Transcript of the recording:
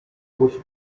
musi